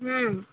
ହୁଁ